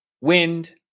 wind